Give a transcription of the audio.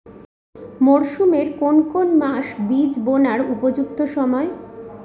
মরসুমের কোন কোন মাস বীজ বোনার উপযুক্ত সময়?